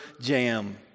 jam